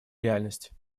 реальность